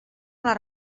les